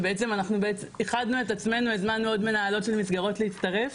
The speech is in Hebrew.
שבעצם אנחנו אחדנו את עצמנו הזמנו עוד מנהלות של מסגרות להצטרף,